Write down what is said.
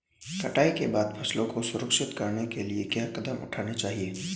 कटाई के बाद फसलों को संरक्षित करने के लिए क्या कदम उठाने चाहिए?